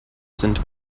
sind